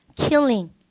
killing